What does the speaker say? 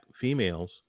females